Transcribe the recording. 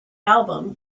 album